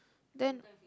then